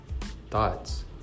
Thoughts